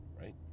right